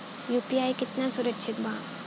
UPI कितना सुरक्षित बा?